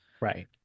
Right